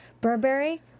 Burberry